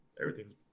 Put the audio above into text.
everything's